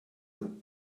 and